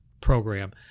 program